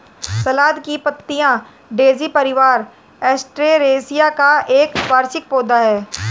सलाद की पत्तियाँ डेज़ी परिवार, एस्टेरेसिया का एक वार्षिक पौधा है